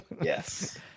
yes